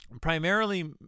primarily